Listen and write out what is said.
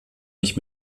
nicht